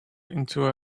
into